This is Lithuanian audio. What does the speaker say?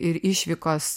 ir išvykos